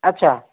ଆଚ୍ଛା